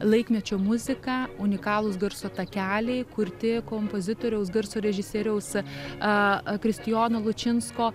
laikmečio muzika unikalūs garso takeliai kurti kompozitoriaus garso režisieriaus a kristijono lučinsko